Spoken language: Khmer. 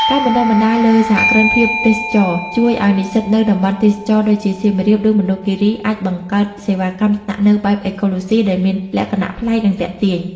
ការបណ្ដុះបណ្ដាលលើ "សហគ្រិនភាពទេសចរណ៍" ជួយឱ្យនិស្សិតនៅតំបន់ទេសចរណ៍ដូចជា សៀមរាប ឬមណ្ឌលគិរី អាចបង្កើតសេវាកម្មស្នាក់នៅបែបអេកូឡូស៊ី ដែលមានលក្ខណៈប្លែក និងទាក់ទាញ។